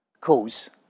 cause